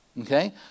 Okay